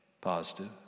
positive